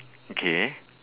okay